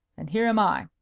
and here am i.